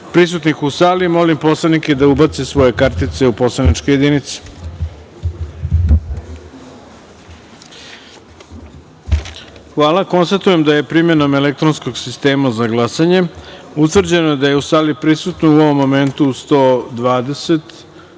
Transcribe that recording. prisutnih u sali, molim poslanike da ubace svoje identifikacione kartice u poslaničke jedinice. Hvala. Konstatujem da je, primenom elektronskog sistema za glasanje, utvrđeno da je u sali prisutno, u ovom momentu, 120